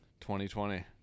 2020